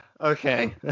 okay